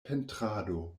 pentrado